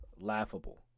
laughable